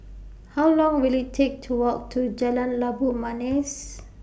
How Long Will IT Take to Walk to Jalan Labu Manis